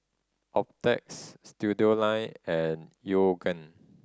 Optex Studioline and Yoogane